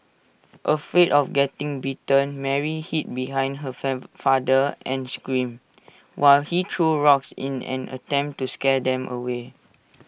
afraid of getting bitten Mary hid behind her fab father and screamed while he threw rocks in an attempt to scare them away